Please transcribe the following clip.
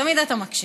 תמיד אתה מקשיב.